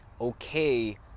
okay